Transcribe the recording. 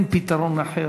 אין פתרון אחר.